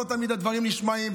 לא תמיד הדברים נשמעים,